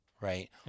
right